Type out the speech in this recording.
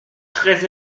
très